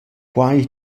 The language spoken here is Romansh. que